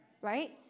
Right